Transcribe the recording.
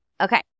Okay